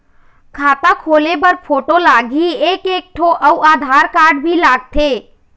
खाता खोले बर फोटो लगही एक एक ठो अउ आधार कारड भी लगथे?